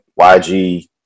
YG